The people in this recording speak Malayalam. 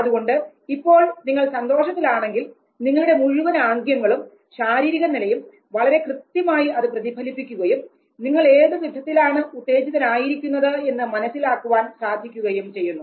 അതുകൊണ്ട് ഇപ്പോൾ നിങ്ങൾ സന്തോഷത്തിലാണെങ്കിൽ നിങ്ങളുടെ മുഴുവൻ ആംഗ്യങ്ങളും ശാരീരിക നിലയും വളരെ കൃത്യമായി അത് പ്രതിഫലിപ്പിക്കുകയും നിങ്ങൾ ഏതു വിധത്തിലാണ് ഉത്തേജിതനായിരിക്കുന്നത് എന്ന് മനസ്സിലാക്കാൻ സാധിക്കുകയും ചെയ്യുന്നു